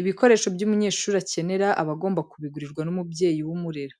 Ibikoresho umunyeshuri akenera aba agomba kubigurirwa n'umubyeyi we umurera.